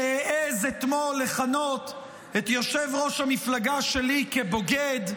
שהעז אתמול לכנות את יושב-ראש המפלגה שלי בוגד,